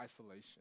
isolation